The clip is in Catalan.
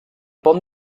pont